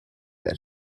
that